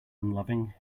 unloving